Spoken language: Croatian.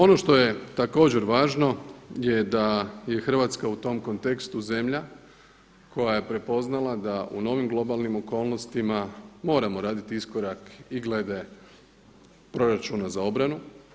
Ono što je također važno je da je Hrvatska u tom kontekstu zemlja koja je prepoznala da u novim globalnim okolnostima moramo raditi iskorak i glede proračuna za obranu.